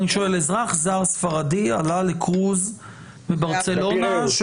זר ספרדי עלה לקרוז בברצלונה,